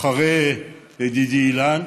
החבר ידידי אילן,